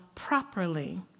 properly